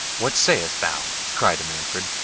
what sayest thou? cried manfred,